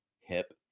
hip